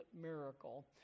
Miracle